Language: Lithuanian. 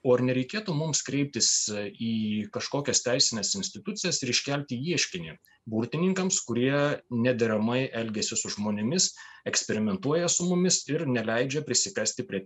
o ar nereikėtų mums kreiptis į kažkokias teisines institucijas ir iškelti ieškinį burtininkams kurie nederamai elgiasi su žmonėmis eksperimentuoja su mumis ir neleidžia prisikasti prie